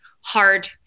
hard